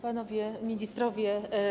Panowie Ministrowie!